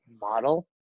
model